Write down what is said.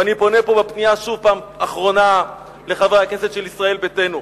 ואני פונה פה בפנייה אחרונה אל חברי הכנסת של ישראל ביתנו: